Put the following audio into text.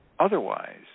Otherwise